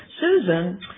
Susan